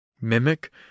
Mimic